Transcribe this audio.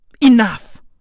Enough